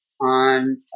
on